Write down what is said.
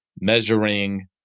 measuring